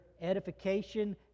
edification